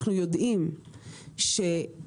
אנחנו יודעים שעד היום